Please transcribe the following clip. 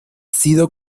sido